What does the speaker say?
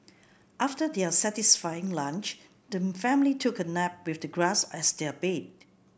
after their satisfying lunch the family took a nap with the grass as their bed